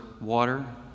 water